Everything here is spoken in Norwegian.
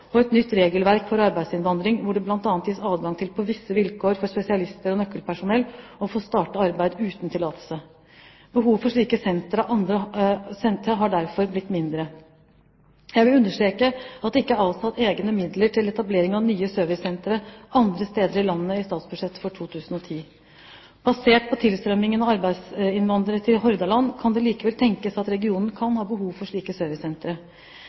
og et nytt regelverk for arbeidsinnvandring hvor det bl.a. gis adgang for spesialister og nøkkelpersonell til på visse vilkår å få startet arbeid uten tillatelse. Behovet for slike sentre har derfor blitt mindre. Jeg vil understreke at det ikke er avsatt egne midler til etablering av nye servicesentre andre steder i landet i statsbudsjettet for 2010. Basert på tilstrømningen av arbeidsinnvandrere til Hordaland kan det likevel tenkes at regionen kan ha behov for slike servicesentre.